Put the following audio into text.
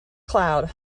cloud